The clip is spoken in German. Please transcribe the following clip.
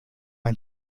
ein